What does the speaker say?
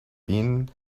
been